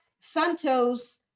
Santos